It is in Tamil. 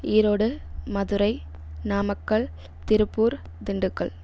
ஈரோடு மதுரை நாமக்கல் திருப்பூர் திண்டுக்கல்